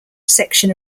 section